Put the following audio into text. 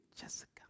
Jessica